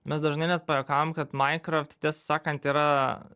mes dažnai net pajuokaujam kad minecraft tiesą sakant yra